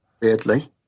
Weirdly